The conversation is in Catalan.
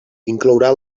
inclourà